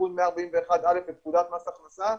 תיקון 141א לפקודת מס הכנסה,